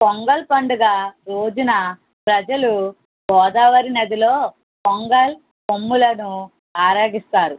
పొంగల్ పండుగ రోజున ప్రజలు గోదావరి నదిలో పొంగల్ కొమ్ములను ఆరాధిస్తారు